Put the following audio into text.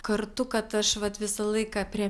kartu kad aš vat visą laiką prie